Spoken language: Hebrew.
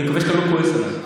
אני מקווה שאתה לא כועס עליי.